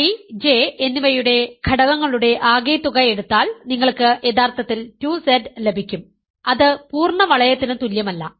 I J എന്നിവയുടെ ഘടകങ്ങളുടെ ആകെത്തുക എടുത്താൽ നിങ്ങൾക്ക് യഥാർത്ഥത്തിൽ 2Z ലഭിക്കും അത് പൂർണ്ണ വലയത്തിന് തുല്യമല്ല